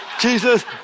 Jesus